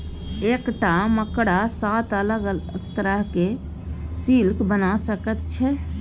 एकटा मकड़ा सात अलग तरहक सिल्क बना सकैत छै